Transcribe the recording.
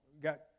got